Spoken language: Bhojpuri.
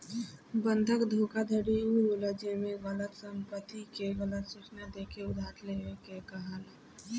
बंधक धोखाधड़ी उ होला जेमे गलत संपत्ति के गलत सूचना देके उधार लेवे के कहाला